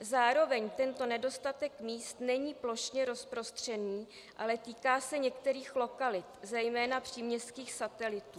Zároveň tento nedostatek míst není plošně rozprostřený, ale týká se některých lokalit, zejména příměstských satelitů.